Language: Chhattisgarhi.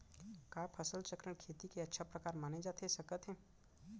का फसल चक्रण, खेती के अच्छा प्रकार माने जाथे सकत हे?